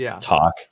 talk